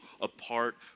apart